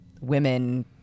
women